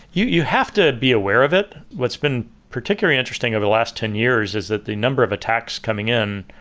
you you have to be aware of it. what's been particularly interesting over the last ten years is that the number of attacks coming in,